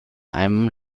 einem